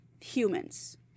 humans